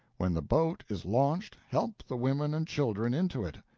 when the boat is launched, help the women and children into it.